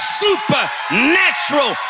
supernatural